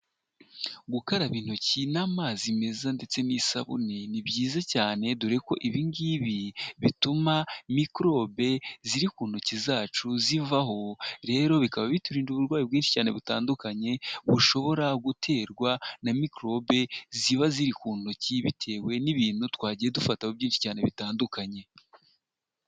Gukaraba intoki n'amazi meza ndetse n'isabune ni byiza cyane dore ko ibingibi bituma mikorobe ziri ku ntoki zacu zivaho. Rero bikaba biturinda uburwayi bwinshi cyane butandukanye bushobora guterwa na mikorobe ziba ziri ku ntoki, bitewe n'ibintu twagiye dufataho byinshi cyane bitandukanye.